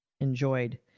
enjoyed